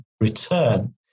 return